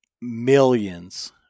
millions